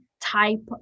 type